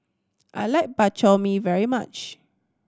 I like Bak Chor Mee very much